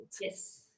yes